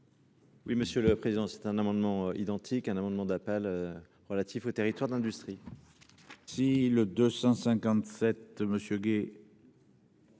Oui, monsieur le Président c'est un amendement identique à un amendement d'appel relatif aux territoires d'industrie. Si le 257 monsieur